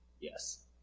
Yes